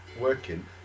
working